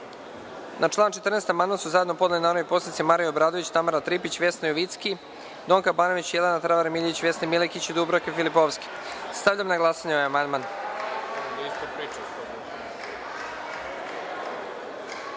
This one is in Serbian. član 41. amandman su zajedno podnele narodni poslanici Marija Obradović, Tamara Tripić, Vesna Jovicki, Donka Banović, Jelena Travar Miljević, Vesna Milekić i Dubravka Filipovski. Stavljam na glasanje ovaj